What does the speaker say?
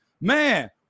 man